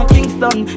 Kingston